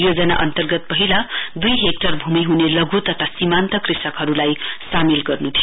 योजना अन्तर्गत पहिला दुई हेक्टर भूमि हुने लघ् तथा सीमान्त कृषकहरूलाई सामेल गर्न् थियो